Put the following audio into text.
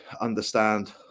understand